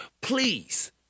Please